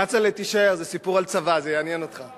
כצל'ה, תישאר, זה סיפור על צבא, זה יעניין אותך.